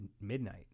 midnight